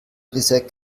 reset